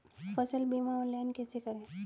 फसल बीमा ऑनलाइन कैसे करें?